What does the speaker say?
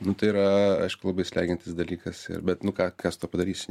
nu tai yra aišku labai slegiantis dalykas ir bet nu ką ką su tuo padarysi